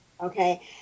Okay